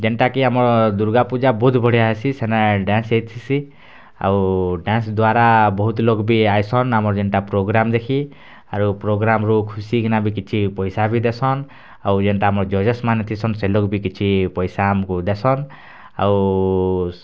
ଯେନ୍ଟା କି ଆମର୍ ଦୁର୍ଗା ପୂଜା ବହୁତ ବଢ଼ିଆ ହେସିଁ ସେନା ଡ୍ୟାନ୍ସ୍ ହେଚିସି ଆଉ ଡ୍ୟାନ୍ସ୍ ଦ୍ୱାରା ବହୁତ୍ ଲୋକ ବି ଆଇସନ୍ ଆମର୍ ଯେନ୍ଟା ପ୍ରୋଗ୍ରାମ୍ ଦେଖି ଆରୁ ପ୍ରୋଗ୍ରାମ୍ରୁ ଖୁସି ହେଇକିନା ବି କିଛି ପଇସା ବି ଦେସନ୍ ଆଉ ଯେନ୍ଟା ଆମର୍ ଜଜେସ୍ ମାନେ ଥିସନ୍ ସେ ଲୋକ ବି କିଛି ପଇସା ଆମକୁ ଦେସନ୍ ଆଉ